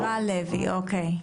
רלוי מאלו"ט.